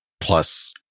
Plus